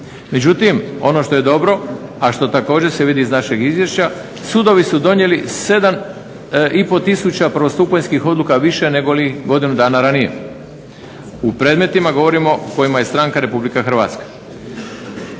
Međutim ono što je dobro, a što također se vidi iz našeg izvješća, sudovi su donijeli 7500 prvostupanjskih odluka više nego godinu dana ranije. U predmetima, govorimo u kojima je stranka Republika Hrvatska.